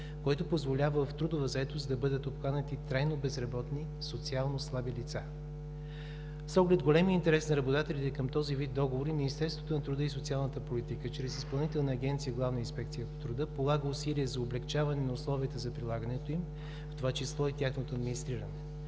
което позволява в трудова заетост да бъдат обхванати трайно безработни, социално слаби лица. С оглед големия интерес на работодателите към този вид договори, Министерството на труда и социалната политика чрез Изпълнителна агенция „Главна инспекция по труда“ полага усилия за облекчаване на условията за прилагането им, в това число и тяхното администриране.